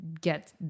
get